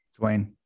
Dwayne